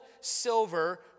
silver